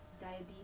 diabetes